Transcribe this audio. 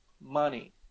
money